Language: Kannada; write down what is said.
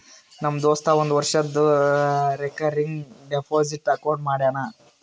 ನಮ್ ದೋಸ್ತ ಒಂದ್ ವರ್ಷದು ರೇಕರಿಂಗ್ ಡೆಪೋಸಿಟ್ ಅಕೌಂಟ್ ಮಾಡ್ಯಾನ